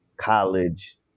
college